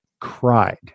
cried